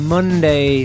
Monday